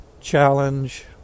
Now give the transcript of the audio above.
challenge